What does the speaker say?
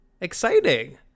exciting